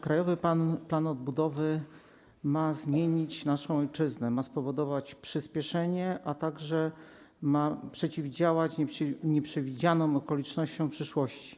Krajowy plan odbudowy ma zmienić naszą ojczyznę, ma spowodować przyspieszenie, a także ma przeciwdziałać nieprzewidzianym okolicznościom w przyszłości.